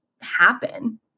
happen